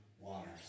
waters